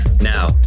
Now